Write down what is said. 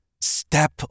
Step